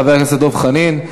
חבר הכנסת דב חנין,